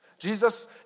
Jesus